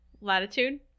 latitude